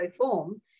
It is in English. form